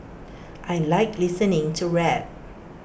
I Like listening to rap